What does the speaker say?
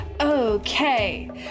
Okay